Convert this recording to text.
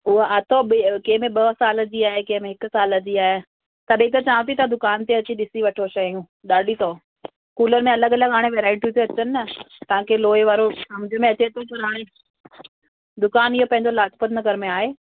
हूअ अथव ॿिए कंहिंमें ॿ साल जी आहे कंहिंमें हिकु साल जी आहे तॾहिं त चवां थी तव्हां दुकान ते अची ॾिसी वठो शयूं ॾाढी अथव कूलर में अलॻि अलॻि हाणे वैरायटियूं त अचनि न तव्हांखे लोहे वारो समुझ में अचे थो पर हाणे दुकान इअं पंहिंजो लाजपत नगर में आहे